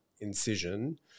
incision